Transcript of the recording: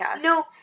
No